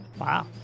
wow